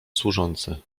służący